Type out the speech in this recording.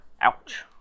Ouch